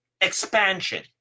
expansion